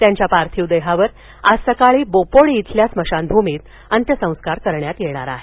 त्यांच्या पार्थिव देहावर आज सकाळी बोपोडी इथल्या स्मशानभूमीत अंत्यसंस्कार करण्यात येणार आहेत